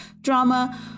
drama